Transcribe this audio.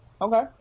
okay